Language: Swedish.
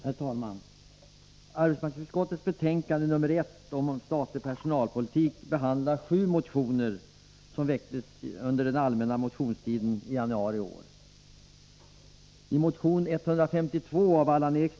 Herr talman! Arbetsmarknadsutskottets betänkande nr 1 om statlig personalpolitik behandlar sju motioner som väcktes under den allmänna motionstiden i januari i år.